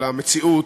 אלא מציאות,